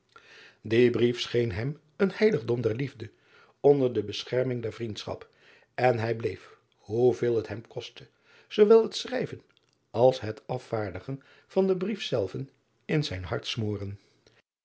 brief scheen hem een heiligdom der liefde onder de bescherming der vriendschap en hij bleef hoe veel het hem kostte zoowel het schrijven als het afvaardigen van den brief zelven in zijn hart smoren